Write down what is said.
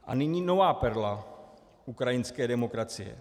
A nyní nová perla ukrajinské demokracie.